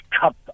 cup